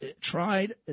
tried